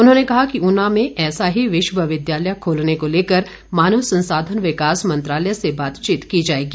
उन्होंने कहा कि उना में ऐसा ही विश्वविद्यालय खोलने को लेकर मानव संसाधन विकास मंत्रालय से बातचीत की जाएगी